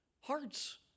Hearts